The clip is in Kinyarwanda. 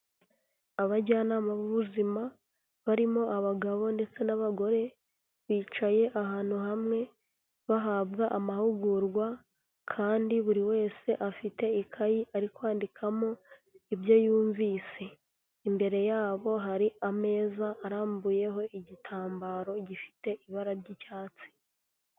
Abajyanama b'ubuzima barimo abagabo ndetse n'abagore bicaye ahantu hamwe, bahabwa amahugurwa kandi buri wese afite ikayi ari kwandikamo ibyo yumvise. Imbere yabo hari ameza arambuyeho igitambaro gifite ibara ry'icyatsi.